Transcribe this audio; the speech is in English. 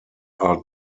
are